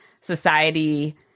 society